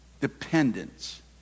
dependence